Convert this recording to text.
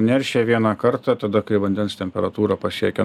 neršia vieną kartą tada kai vandens temperatūra pasiekia